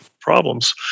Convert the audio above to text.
problems